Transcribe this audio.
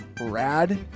rad